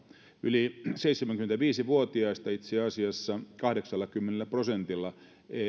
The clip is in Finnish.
yli seitsemänkymmentäviisi vuotiaista itse asiassa kahdeksallakymmenellä prosentilla ei